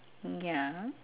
mm ya